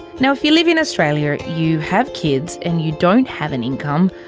now if you live in australia, you have kids and you don't have an income,